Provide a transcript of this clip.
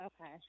Okay